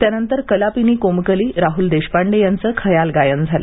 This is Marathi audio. त्यानंतर कलापिनी कोमकली राहूल देशपांडे यांचे खयाल गायन झाले